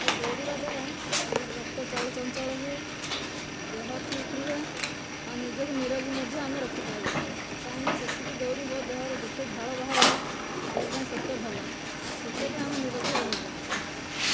ଆଉ ଦୌଡ଼ିବା ଦ୍ଵାରା ଆମର ରକ୍ତ ଚଳଚଞ୍ଚଳ ହୁଏ ଦେହ ଠିକ୍ ରୁହେ ଆଉ ନିଜକୁ ନିରୋଗ ମଧ୍ୟ ଆମେ ରଖିପାରୁ କାହିଁକି ନା ଯେତିକି ଦୌଡ଼ିବ ଦେହରୁ ଯେତେ ଝାଳ ବାହାରିବ ଦେହ ପାଇଁ ସେତେ ଭଲ ଆଉ ସେତିକି ଆମେ ନିରୋଗୀ ରହିବୁ